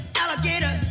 alligator